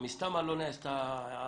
שמסתמא לא נעשתה הערכה.